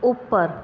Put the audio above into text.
ઉપર